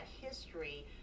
history